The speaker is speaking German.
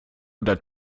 oder